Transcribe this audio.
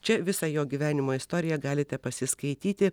čia visą jo gyvenimo istoriją galite pasiskaityti